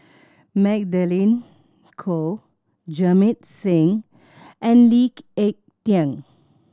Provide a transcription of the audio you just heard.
Magdalene Khoo Jamit Singh and Lee Ek Tieng